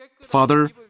Father